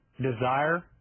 Desire